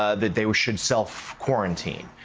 ah that they should self-quarantine.